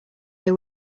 they